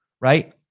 Right